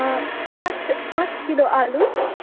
पाँच पाँच किलो आलु